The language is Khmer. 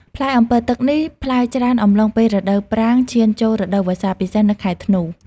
ផ្លែអម្ពិលទឹកនេះផ្លែច្រើនអំឡុងពេលរដូវប្រាំងឈានចូលរដូវវស្សា ពិសេសនៅខែធ្នូ។